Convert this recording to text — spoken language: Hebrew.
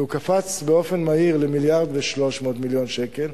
והוא קפץ באופן מהיר ל-1.3 מיליארד שקל,